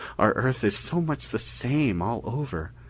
our earth is so much the same all over,